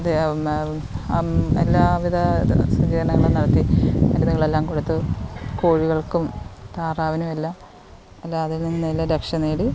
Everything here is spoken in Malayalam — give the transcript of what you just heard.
അത് എല്ലാവിധ ശുചീകരണങ്ങളും നടത്തി മരുന്നുകളെല്ലാം കൊടുത്തു കോഴികൾക്കും താറാവിനും എല്ലാം അതിൽ നിന്നെല്ലാം രക്ഷ നേടി